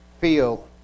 feel